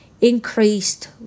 increased